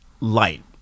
light